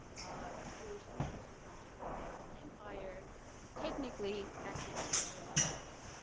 um jewish and christian subjects of the ottoman empire technically had to go to their own courts.